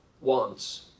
wants